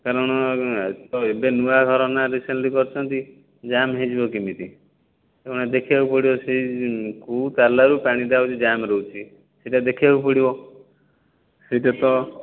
କାରଣ ଏବେ ତ ନୂଆ ଘର ନା ରିସେଣ୍ଟଲି କରିଛନ୍ତି ଜାମ୍ ହୋଇଯିବ କେମିତି ତେଣୁ ଦେଖିବାକୁ ପଡ଼ିବ ସେ କେଉଁ ତାଲାରୁ ପାଣି ଯାଉଛି ଜାମ୍ ରହୁଛି ସେଟା ଦେଖିବାକୁ ପଡ଼ିବ ଏବେ ତ